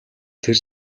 тэр